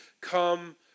come